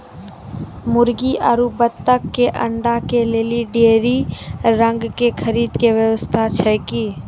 मुर्गी आरु बत्तक के अंडा के लेली डेयरी रंग के खरीद के व्यवस्था छै कि?